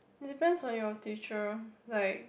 depends on your teacher like